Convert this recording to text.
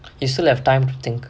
you still have time to think